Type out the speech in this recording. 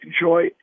enjoy